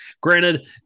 Granted